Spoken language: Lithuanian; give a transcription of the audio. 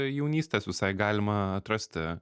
jaunystės visai galima atrasti